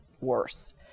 worse